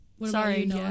Sorry